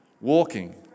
walking